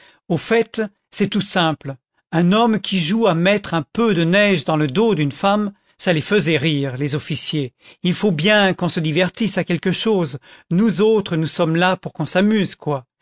au fait c'est tout simple un homme qui joue à mettre un peu de neige dans le dos d'une femme ça les faisait rire les officiers il faut bien qu'on se divertisse à quelque chose nous autres nous sommes là pour qu'on s'amuse quoi